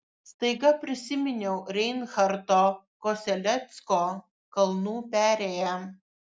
staiga prisiminiau reinharto kosellecko kalnų perėją